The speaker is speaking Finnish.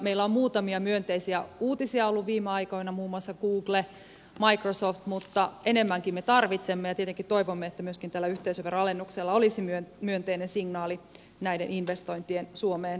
meillä on muutamia myönteisiä uutisia ollut viime aikoina muun muassa google microsoft mutta enemmänkin me tarvitsemme ja tietenkin toivomme että myöskin tällä yhteisöveron alennuksella olisi myönteinen signaali näiden investointien suomeen saamiseksi